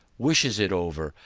wishes it over,